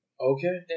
Okay